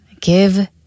give